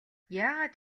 яагаад